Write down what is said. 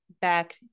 back